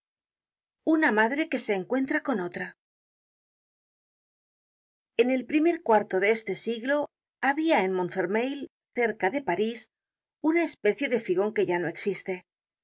content from google book search generated at en el primer cuarto de este siglo habia en montfermeil cerca de parís una especie de figon que ya no existe